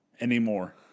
anymore